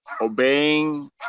obeying